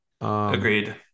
Agreed